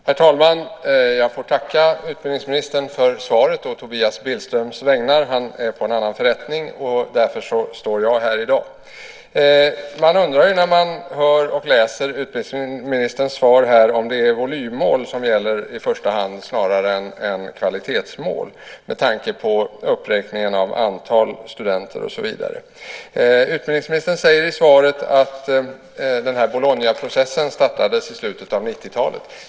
Herr talman! Jag får å Tobias Billströms vägnar tacka utbildningsministern för svaret. Han är på en annan förrättning, och därför står jag här i dag. Man undrar när man hör och läser utbildningsministerns svar om det i första hand är volymmål som gäller snarare än kvalitetsmål, med tanke på uppräkningen av antal studenter och så vidare. Utbildningsministern säger i svaret att Bolognaprocessen startades i slutet av 90-talet.